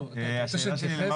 השאלה שלי למר